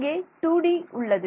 இங்கே 2 D உள்ளது